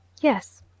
Yes